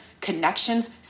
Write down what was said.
connections